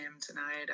tonight